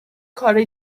کار